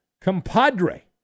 compadre